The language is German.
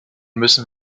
müssen